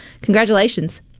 congratulations